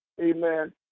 amen